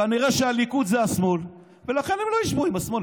כנראה שהליכוד זה השמאל ולכן הם לא ישבו עם השמאל.